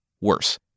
worse